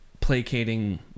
placating